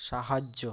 সাহায্য